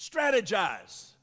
Strategize